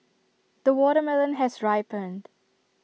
the watermelon has ripened